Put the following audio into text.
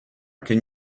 can